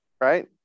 right